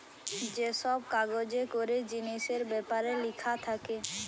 যে সব কাগজে করে জিনিসের বেপারে লিখা থাকে